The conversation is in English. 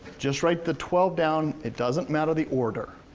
just write the twelve down, it doesn't matter the order.